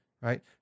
right